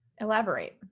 Elaborate